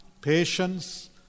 patience